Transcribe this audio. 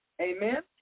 Amen